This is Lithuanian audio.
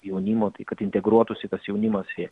jaunimo tai kad integruotųsi tas jaunimas į